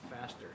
faster